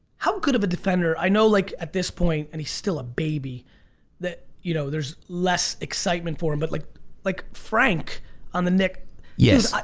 how good of a defender, i know like at this point and he's still a baby that you know there's less excitement for him but like like frank on the nick yes,